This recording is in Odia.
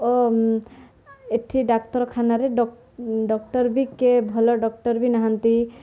ଓ ଏଠି ଡାକ୍ତରଖାନାରେ ଡକ୍ଟର ବି ଭଲ ଡକ୍ଟର ବି ନାହାନ୍ତି